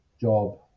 job